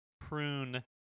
prune